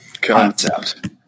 concept